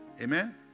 Amen